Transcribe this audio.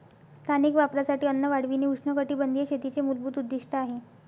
स्थानिक वापरासाठी अन्न वाढविणे उष्णकटिबंधीय शेतीचे मूलभूत उद्दीष्ट आहे